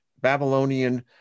Babylonian